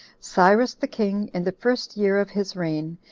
cyrus the king, in the first year of his reign,